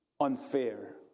unfair